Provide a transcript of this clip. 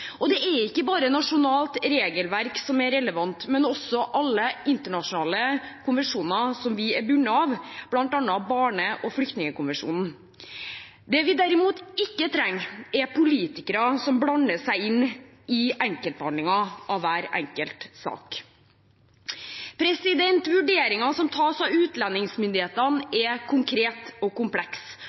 Det er ikke bare nasjonalt regelverk som er relevant, men også alle internasjonale konvensjoner som vi er bundet av, bl.a. barnekonvensjonen og flyktningkonvensjonen. Derimot trenger vi ikke politikere som blander seg inn i enkeltbehandlingen av hver enkelt sak. Vurderingene som tas av utlendingsmyndighetene, er konkrete og